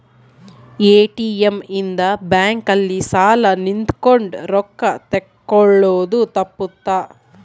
ATM ಇಂದ bank ಅಲ್ಲಿ ಸಾಲ್ ನಿಂತ್ಕೊಂಡ್ ರೊಕ್ಕ ತೆಕ್ಕೊಳೊದು ತಪ್ಪುತ್ತ